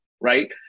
right